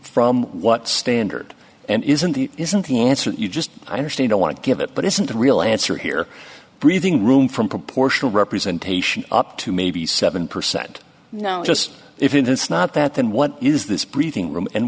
from what standard and isn't the isn't the answer you just i understand i want to give it but isn't the real answer here breathing room from proportional representation up to maybe seven percent just if in this not that then what is this breathing room and